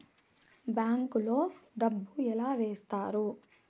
bank లో డబ్బులు ఎలా వేస్తారు